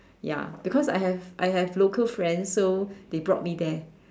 ya because I have I have local friends so they brought me there